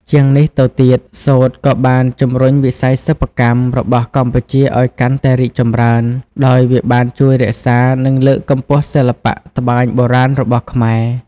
ជាងនេះទៅទៀត សូត្រក៏បាន ជំរុញវិស័យសិប្បកម្ម របស់កម្ពុជាឲ្យកាន់តែរីកចម្រើន ដោយវាបានជួយរក្សា និងលើកកម្ពស់សិល្បៈត្បាញបុរាណរបស់ខ្មែរ ។